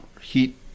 heat